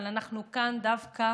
אבל אנחנו כאן דווקא